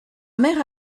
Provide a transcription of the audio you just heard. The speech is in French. mère